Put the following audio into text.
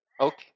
okay